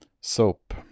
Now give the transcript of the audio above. soap